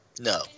No